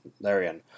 Larian